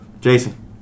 Jason